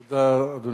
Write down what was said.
תודה, אדוני.